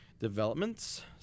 developments